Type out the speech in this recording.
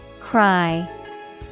Cry